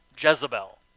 Jezebel